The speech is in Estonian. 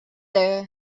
töö